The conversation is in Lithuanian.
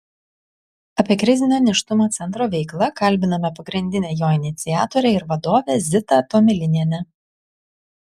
apie krizinio nėštumo centro veiklą kalbiname pagrindinę jo iniciatorę ir vadovę zitą tomilinienę